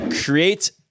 create